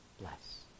Bless